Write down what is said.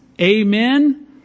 Amen